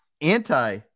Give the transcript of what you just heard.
anti